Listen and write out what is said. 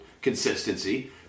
consistency